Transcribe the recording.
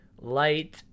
Light